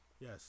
Yes